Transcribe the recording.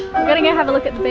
i'm gonna go have a look at